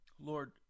Lord